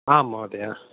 आम् महोदय